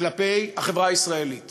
כלפי החברה הישראלית